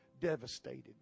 devastated